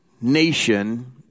nation